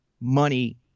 money